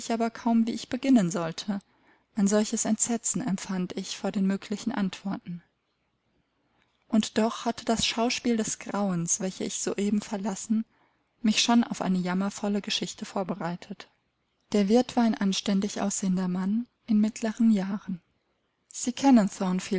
kaum wie ich beginnen sollte ein solches entsetzen empfand ich vor den möglichen antworten und doch hatte das schauspiel des grauens welches ich soeben verlassen mich schon auf eine jammervolle geschichte vorbereitet der wirt war ein anständig aussehender mann in mittleren jahren sie